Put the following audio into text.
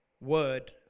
word